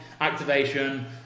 activation